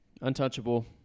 Untouchable